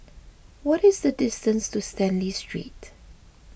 what is the distance to Stanley Street